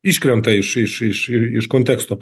iškrenta iš iš iš i konteksto